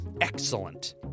Excellent